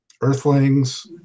earthlings